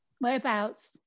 Whereabouts